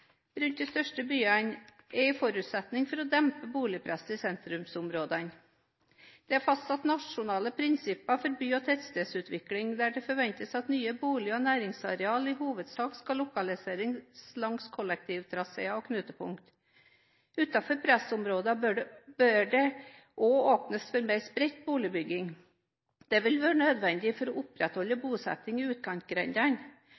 rundt de største byene er en forutsetning for å dempe boligpresset i sentrumsområdene. Det er fastsatt nasjonale prinsipper for by- og tettstedsutvikling, der det forventes at nye bolig- og næringsarealer i hovedsak skal lokaliseres langs kollektivtraseer og knutepunkt. Utenfor pressområdene bør det også åpnes for mer spredt boligbygging, dette vil være nødvendig for å opprettholde